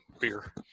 beer